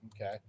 okay